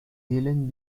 hélène